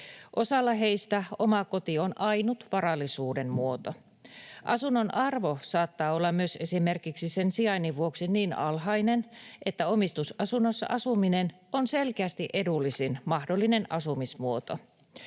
Osalla heistä oma koti on ainut varallisuuden muoto. Asunnon arvo saattaa olla myös esimerkiksi sen sijainnin vuoksi niin alhainen, että omistusasunnossa asuminen on selkeästi edullisin mahdollinen asumismuoto.